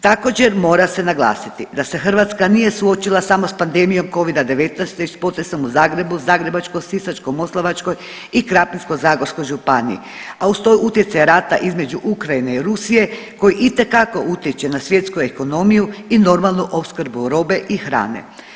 Također mora se naglasiti da se Hrvatska nije suočila samo s pandemijom Covida-19 već s potresom u Zagrebu, Zagrebačkoj, Sisačko-moslavačkoj i Krapinsko-zagorskoj županiji, a uz to utjecaj rata između Ukrajine i Rusije koji itekako utječe na svjetsku ekonomiju i normalnu opskrbu robe i hrane.